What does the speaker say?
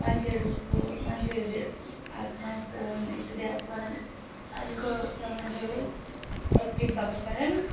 मान्छेहरूको मान्छेहरू धे हातमा फोन ए त्यो आएको कारण अहिलेको जमाना धेरै एक्टिभ भएको कारण